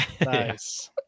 Nice